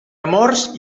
amors